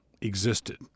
existed